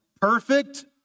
Perfect